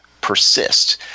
persist